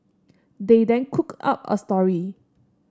they then cooked up a story